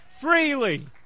freely